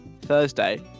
Thursday